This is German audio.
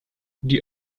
die